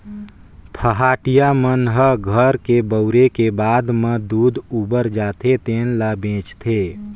पहाटिया मन ह घर के बउरे के बाद म दूद उबर जाथे तेने ल बेंचथे